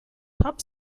top